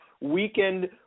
weekend